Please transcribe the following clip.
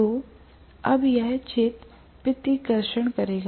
तो अब यह क्षेत्र प्रतिकर्षण करेगा